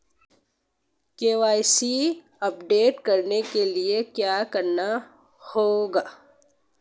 KYC update करने के लिए क्या करना होगा?